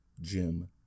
Jim